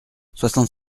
soixante